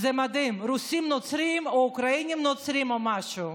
זה מדהים: רוסים נוצרים או אוקראינים נוצרים או משהו,